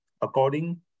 according